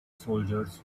soldiers